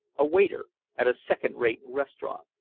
a waiter at a second-rate restaurant.